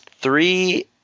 three